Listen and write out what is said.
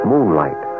Moonlight